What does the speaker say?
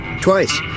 Twice